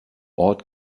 ort